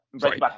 right